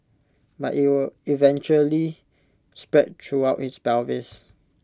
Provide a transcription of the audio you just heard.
but IT eventually spread throughout his pelvis